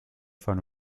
von